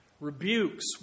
rebukes